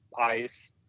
ice